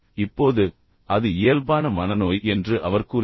இப்போது அது இயல்பான மனநோய் என்று அவர் கூறுகிறார்